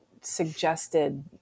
suggested